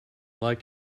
like